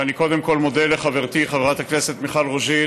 ואני קודם כול מודה לחברתי חברת הכנסת מיכל רוזין